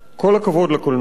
כל הכבוד לקולנוע.